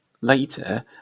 later